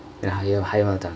and higher higher mother tongkue